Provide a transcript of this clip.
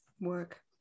work